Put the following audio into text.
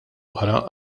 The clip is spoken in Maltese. oħra